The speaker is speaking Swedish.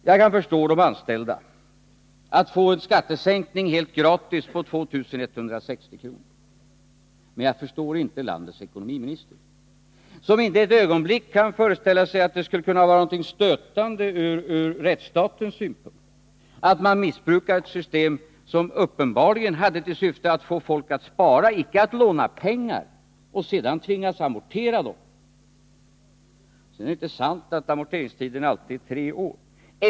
Jag kan förstå de anställda, som får en skattesänkning på 2 160 kr. helt gratis. Men jag förstår inte landets ekonomiminister, som inte ett ögonblick kan föreställa sig att det skulle kunna vara något stötande ur rättsstatens synpunkt att missbruka ett system, som uppenbarligen hade till syfte att få folk att spara — icke att låna pengar och sedan tvingas amortera dem. Det är inte sant att amorteringstiden alltid är tre år.